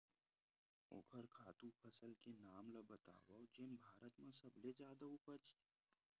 ओखर खातु फसल के नाम ला बतावव जेन भारत मा सबले जादा उपज?